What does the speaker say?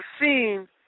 seen